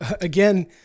again